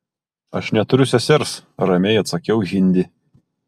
aš neturiu sesers ramiai atsakiau hindi